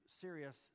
serious